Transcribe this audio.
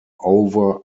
over